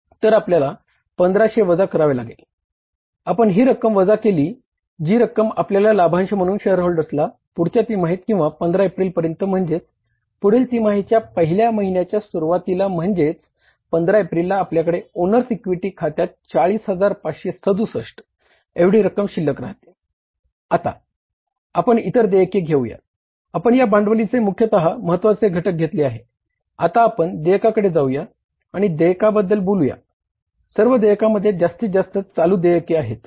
तर आपल्याला 1500 वजा करावे लागेल आपण ही रक्कम वजा केली जी रक्कम आपल्याला लाभांश म्हणून शेयरहोल्डर्सला पुढच्या तिमाहीत किंवा 15 एप्रिल पर्यंत म्हणजेच पुढील तिमाहीच्या पहिल्या महिन्याच्या सुरुवातीला म्हणजेच 15 एप्रिलला आपल्याकडे ओनर्स इक्विटी आहेत